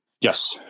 yes